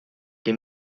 que